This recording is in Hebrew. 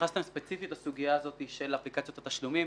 והתייחסתם ספציפית לסוגיה הזאת של אפליקציות התשלומים,